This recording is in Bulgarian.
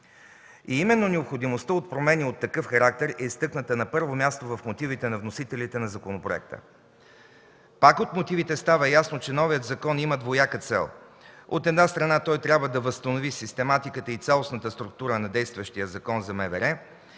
Именно необходимостта от промени от такъв характер е изтъкната на първо място в мотивите на вносителите на законопроекта. Пак от мотивите става ясно, че новият закон има двояка цел. От една страна, той трябва да възстанови систематиката и цялостната структура на действащия Закон за МВР,